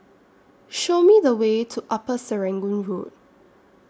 Show Me The Way to Upper Serangoon Road